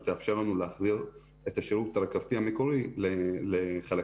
תאפשר לנו להחזיר את השירות הרכבתי המקורי לחלקים